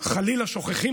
חלילה שוכחים.